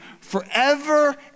forever